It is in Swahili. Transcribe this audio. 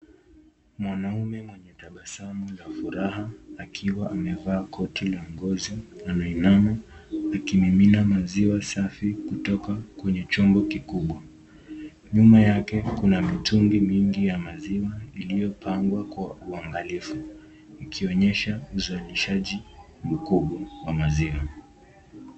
Mwanaume mwenye tabasamu na furaha akiwa amevaa koti la ngozi anainama akimimina maziwa safi kutoka mwenye chombo kikubwa. Nyuma yake kuna mitungi mingi ya maziwa iliopangwa kwa ungalifu ukionyesha uzalishaji mkubwa wa maziwa.